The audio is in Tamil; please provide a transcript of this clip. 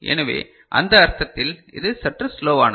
எனவே அந்த அர்த்தத்தில் இது சற்று ஸ்லோவானது